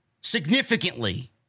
significantly